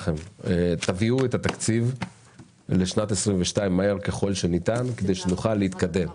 תביאו את התקציב לשנת 2022 מהר ככל שניתן כדי שנוכל להתקדם.